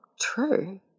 true